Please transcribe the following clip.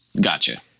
Gotcha